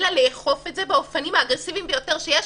אלא לאכוף את זה באופנים האגרסיביים ביותר שיש,